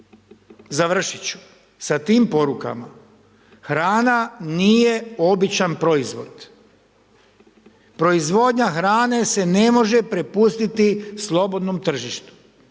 Završiti ću sa tim porukama, hrana nije običan proizvod, proizvodnja hrane se ne može prepustiti slobodnom tržištu.